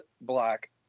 black